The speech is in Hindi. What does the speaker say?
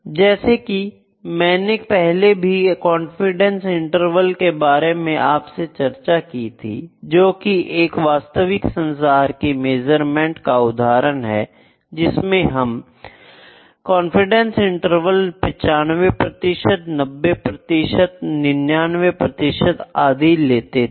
जैसे कि मैंने पहले भी कॉन्फिडेंस इंटरवल के बारे में आप से चर्चा की थी जो कि एक वास्तविक संसार की मेजरमेंट का उदाहरण है जिसमें हमने कॉन्फिडेंस इंटरवल 95 90 99 आदि लिए थे